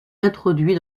introduit